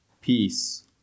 peace